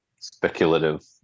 speculative